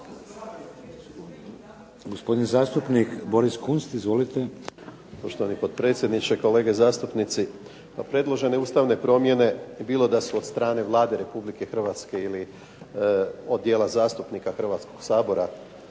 Gospodin zastupnik Boris Kunst. Izvolite. **Kunst, Boris (HDZ)** Poštovani potpredsjedniče, kolege zastupnici. Pa predložene ustavne promjene bilo da su od strane Vlade Republike Hrvatske ili od dijela zastupnika Hrvatskog sabora